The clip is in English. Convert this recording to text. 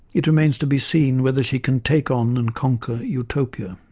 it remains to be seen whether she can take on and conquer utopia.